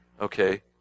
okay